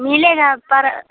मिलेगा पर